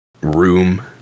room